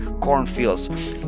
cornfields